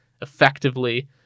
effectively